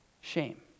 shame